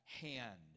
hand